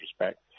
respect